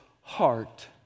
heart